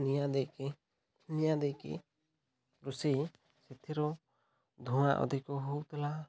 ନିଆଁ ଦେଇକି ନିଆଁ ଦେଇକି ରୋଷେଇ ସେଥିରୁ ଧୂଆଁ ଅଧିକ ହଉଥିଲା